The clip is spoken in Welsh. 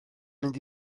mynd